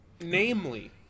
Namely